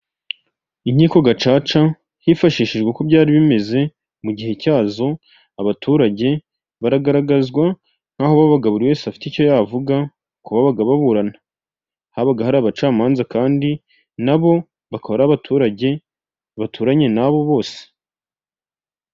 Ahantu henshi hakorerwa ibintu bitandukanye bahora bashishikarizwa gukoresha iki gikoresho kifashishwa mu kuzimya umuriro iyo inkongi ihafashe iki gikoresho kiratabara ni byiza ko umuntu wese yakigira aho akorera.